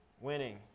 Winning